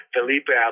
Felipe